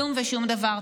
כלום ושום דבר.